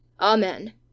Amen